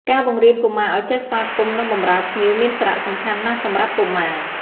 ការបង្រៀនកុមារឲ្យចេះស្វាគមន៍ និងបម្រើភ្ញៀវមានសារៈសំខាន់ណាស់សម្រាប់កុមារ។